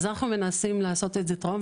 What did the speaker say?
אז אנחנו מנסים לעשות את זה טרום,